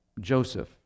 Joseph